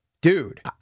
dude